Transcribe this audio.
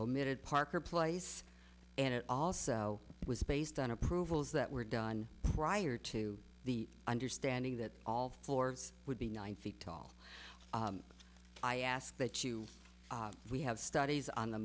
omitted parker place and it also was based on approvals that were done prior to the understanding that all floors would be nine feet tall i ask that you we have studies on the